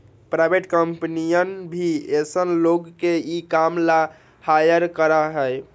private कम्पनियन भी ऐसन लोग के ई काम ला हायर करा हई